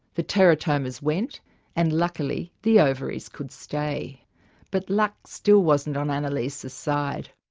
the teratomas went and luckily the ovaries could stay but luck still wasn't on annalisa's side.